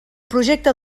projecte